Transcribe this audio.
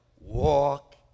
Walk